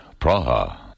Praha